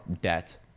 debt